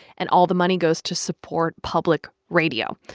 and all the money goes to support public radio.